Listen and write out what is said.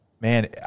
man